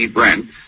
Brent